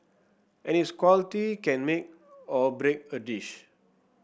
and its quality can make or break a dish